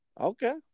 Okay